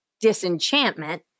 disenchantment